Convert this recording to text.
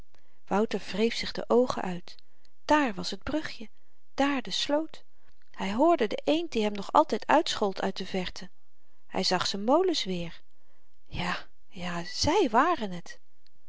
wouter wreef zich de oogen uit dààr was t brugje dààr de sloot hy hoorde de eend die hem nog altyd uitschold uit de verte hy zag z'n molens weer ja ja zy waren het